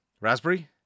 Raspberry